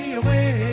away